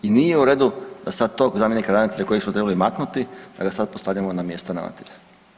I nije u redu da sad tog zamjenika ravnatelja kojeg smo trebali maknuti da ga sad postavljamo na mjesta ravnatelja.